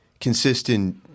consistent